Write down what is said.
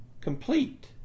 complete